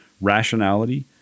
rationality